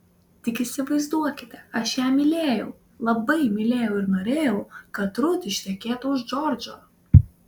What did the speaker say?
tik įsivaizduokite aš ją mylėjau labai mylėjau ir norėjau kad rut ištekėtų už džordžo